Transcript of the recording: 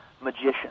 magician